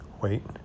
wait